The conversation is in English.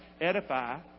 edify